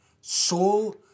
soul